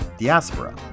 Diaspora